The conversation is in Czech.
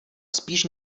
spíš